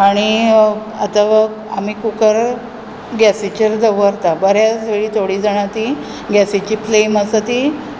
आनी आतां वो आमी कुकर गेसिचेर दवरतात बऱ्याच वेळी थोडीं जाणां जाणं ती गेसिची फ्लेम आसा ती